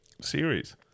series